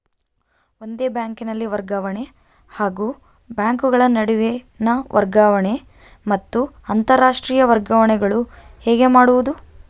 ಒಂದೇ ಬ್ಯಾಂಕಿನಲ್ಲಿ ವರ್ಗಾವಣೆ ಹಾಗೂ ಬ್ಯಾಂಕುಗಳ ನಡುವಿನ ವರ್ಗಾವಣೆ ಮತ್ತು ಅಂತರಾಷ್ಟೇಯ ವರ್ಗಾವಣೆಗಳು ಹೇಗೆ ಮಾಡುವುದು?